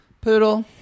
Poodle